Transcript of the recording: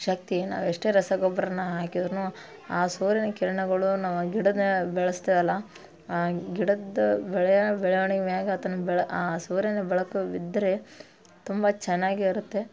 ಶಕ್ತಿ ನಾವೆಷ್ಟೇ ರಸ ಗೊಬ್ಬರನ ಹಾಕಿದ್ರೂ ಆ ಸೂರ್ಯನ ಕಿರಣಗಳು ನಮ್ಮ ಗಿಡನ ಬೆಳೆಸ್ತವಲ್ಲ ಆ ಗಿಡದ್ದು ಬೆಳೆಯ ಬೆಳವಣಿಗೆ ಮ್ಯಾಲ ಅದನ್ನು ಬೆಳೆ ಆ ಸೂರ್ಯನ ಬೆಳಕು ಬಿದ್ದರೆ ತುಂಬ ಚೆನ್ನಾಗಿರುತ್ತೆ